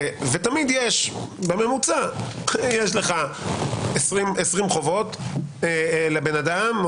ובממוצע יש 20 חובות לאדם,